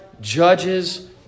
judges